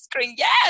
Yes